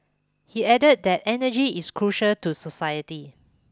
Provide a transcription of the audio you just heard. he added that energy is crucial to society